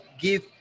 give